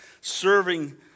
Serving